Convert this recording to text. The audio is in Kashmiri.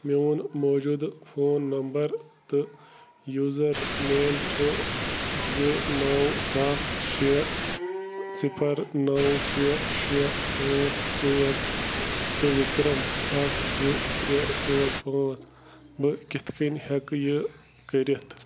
میٛون موجودٕ فون نمبر تہٕ یوزر نیم چھُ زٕ نَو ستھ شےٚ صفر نَو شےٚ شےٚ ٲٹھ ژور تہٕ وکرم اکھ زٕ ترٛےٚ ژور پانٛژھ بہٕ کتھ کٔنۍ ہیٚکہٕ یہِ کٔرتھ